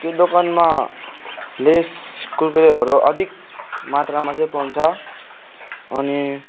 त्यो दोकानमा लेस कुरकुरेहरू अधिक मात्रामा चाहिँ पाउँछ अनि